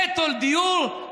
נטו לדיור,